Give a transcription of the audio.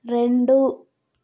రెండు